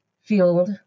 field